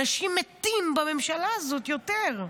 אנשים מתים בממשלה הזאת יותר.